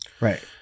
Right